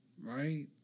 Right